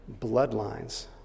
bloodlines